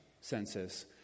census